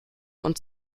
und